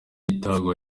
itangwa